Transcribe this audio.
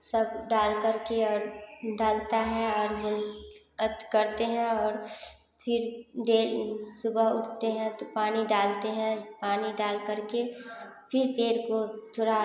सब डालकर के और डालता है और बोल अथ करते हैं और फिर डेल सुबह उठते हैं तो पानी डालते हैं पानी डालकर के फिर पेड़ को थोड़ा